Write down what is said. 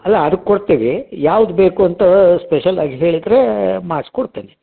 ಅಲ್ಲ ಅದು ಕೊಡ್ತೀವಿ ಯಾವುದು ಬೇಕು ಅಂತ ಸ್ಪೆಷಲಾಗಿ ಹೇಳಿದರೆ ಮಾಡ್ಸಿ ಕೊಡ್ತೇನೆ